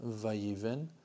vayiven